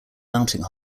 mounting